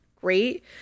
great